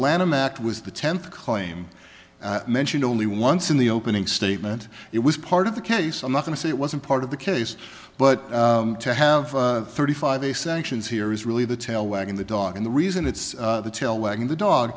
lanham act was the tenth claim mentioned only once in the opening statement it was part of the case i'm not going to say it wasn't part of the case but to have thirty five a sanctions here is really the tail wagging the dog and the reason it's the tail wagging the dog